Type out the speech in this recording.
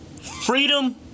Freedom